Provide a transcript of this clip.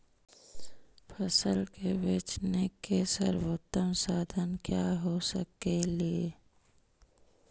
फसल के बेचने के सरबोतम साधन क्या हो सकेली?